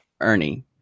Ernie